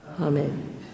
Amen